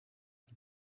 the